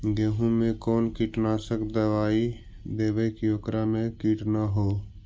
गेहूं में कोन कीटनाशक दबाइ देबै कि ओकरा मे किट न हो?